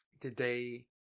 Today